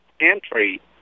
entry